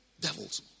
Devils